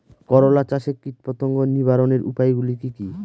করলা চাষে কীটপতঙ্গ নিবারণের উপায়গুলি কি কী?